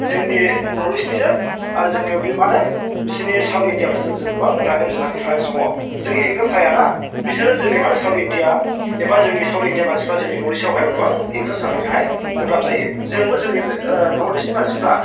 जोंनि नर्थ इस्टनिजों आरो जोंनियाव बे मा होनो बिसोरनि साउथ इण्डियाफोरजों जों गोबां जानायाव जोंहा डिफारेन्स दङ जोङो एदजास्ट जाया ना बिसोरो जोंनि माने साउथ इण्डिया एबा जोंनि साउथ इण्डियान मानसिफ्रा जोंनि नर्थइस्टआवहाय गोबां एदजास्ट जाफैनोहाय गोब्राब जायो जोंबो जोंनि नर्थइस्टनि मानसिफ्रा